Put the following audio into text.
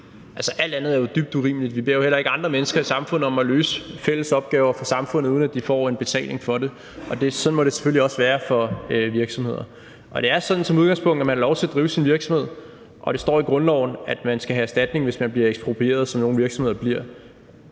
alt andet er jo dybt urimeligt. Vi beder jo heller ikke andre mennesker i samfundet om at løse fælles opgaver for samfundet, uden at de får en betaling for det, og sådan må det selvfølgelig også være for virksomheder. Og det er sådan som udgangspunkt, at man har lov til at drive sin virksomhed, og det står i grundloven, at man skal have erstatning, hvis man bliver eksproprieret, som nogle virksomheder bliver.